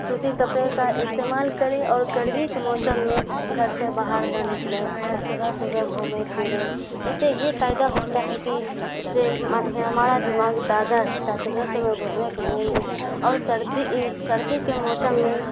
سوتی کپڑے کا استعمال کرے اور گرمی کے موسم میں گھر سے باہر نہ نکلیں اور صبح صبح گھومے پرے اسے یہ فائدہ ہوتا ہے کہ اس سے ہمارا دماغ تازہ رہتا ہے صبح صبح گھومنے پھرنے میں اور سردی سردی کے موسم میں